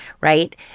right